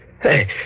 Hey